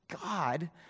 God